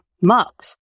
mugs